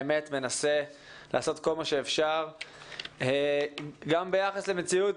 באמת מנסה לעשות כל מה שאפשר גם ביחס למציאות